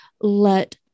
let